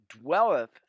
dwelleth